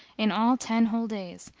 in all ten whole days,